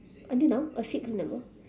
until now a sip also never